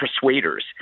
persuaders